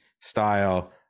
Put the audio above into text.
style